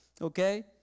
okay